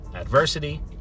adversity